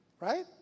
right